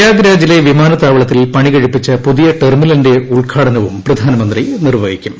പ്രയാഗ്രാജിലെ വിമാനത്താവളത്തിൽ പണികഴിപ്പിച്ച പുതിയ ടെർമിനിലിന്റെ ഉദ്ഘാടനവും പ്രധാനമന്ത്രി നിർവഹിക്കും